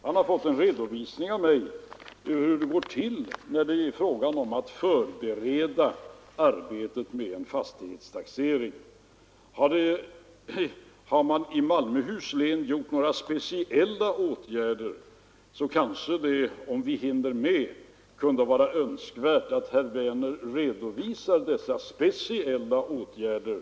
Han har av mig fått en Nr 83 redovisning för hur det går till att förbereda arbetet med en fastighets Torsdagen den taxering. Har man i Malmöhus län vidtagit några speciella åtgärder, 16 maj 1974 kanske det kunde vara önskvärt att herr Werner — om vi hinner med det — redovisade dessa speciella åtgärder.